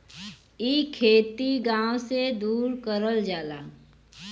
इ खेती गाव से दूर करल जाला